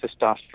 testosterone